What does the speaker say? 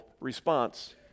response